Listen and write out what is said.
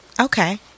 Okay